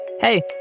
Hey